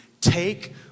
take